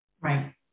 Right